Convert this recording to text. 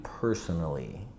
personally